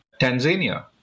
Tanzania